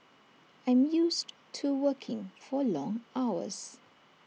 I'm used to working for long hours